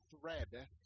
thread